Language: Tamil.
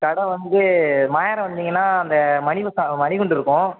கடை வந்து மாயாரம் வந்தீங்கன்னால் அந்த மணி பஸ் மணி கூண்டு இருக்கும்